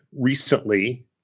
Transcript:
recently